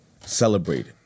celebrated